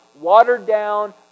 watered-down